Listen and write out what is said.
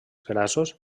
grassos